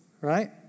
Right